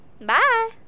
Bye